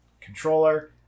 controller